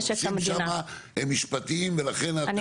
שהנושאים שם הם משפטיים ולכן --- אני